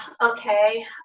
Okay